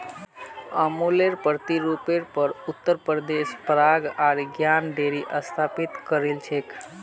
अमुलेर प्रतिरुपेर पर उत्तर प्रदेशत पराग आर ज्ञान डेरी स्थापित करील छेक